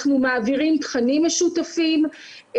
אנחנו מעבירים תכנים משותפים.